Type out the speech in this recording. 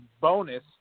bonus